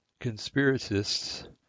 conspiracists